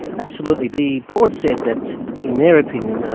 absolutely. the board said that in their opinion,